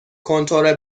کنتور